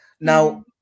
Now